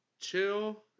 chill